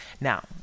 Now